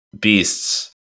beasts